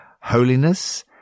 holiness